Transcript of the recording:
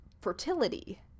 fertility